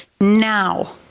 Now